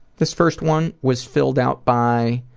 this first one was filled out by